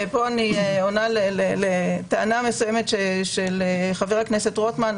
פה אני עונה לטענה מסוימת של חבר הכנסת רוטמן,